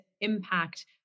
impact